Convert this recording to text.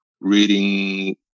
reading